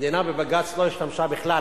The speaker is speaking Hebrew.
המדינה בבג"ץ לא השתמשה בכלל